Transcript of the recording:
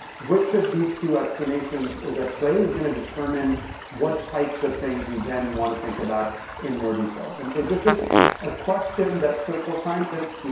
which of these two explanations is at play, is gonna determine what types of things you then wanna think about in more detail. and so this is a question that social scientists,